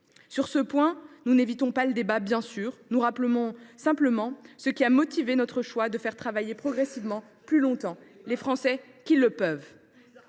Sur ce point, nous n’évitons pas le débat et nous rappelons ce qui a motivé notre choix de faire travailler progressivement plus longtemps les Français qui le peuvent.